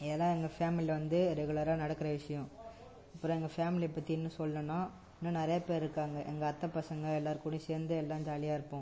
இதெல்லாம் எங்கள் ஃபேமிலியில் வந்து ரெகுலராக நடக்கற விஷயம் அப்புறம் எங்க ஃபேமிலியை பற்றி இன்னும் சொல்லணும்னா இன்னும் நிறைய பேர் இருக்காங்க எங்கள் அத்தைப் பசங்கள் எல்லோர் கூடயும் சேர்ந்து எல்லாம் ஜாலியாக இருப்போம்